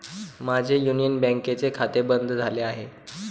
माझे युनियन बँकेचे खाते बंद झाले आहे